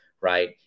right